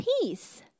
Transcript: Peace